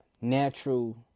natural